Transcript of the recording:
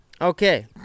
Okay